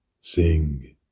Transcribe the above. sing